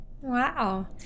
wow